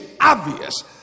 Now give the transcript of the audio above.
obvious